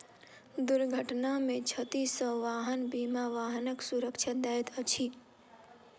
दुर्घटना में क्षति सॅ वाहन बीमा वाहनक सुरक्षा दैत अछि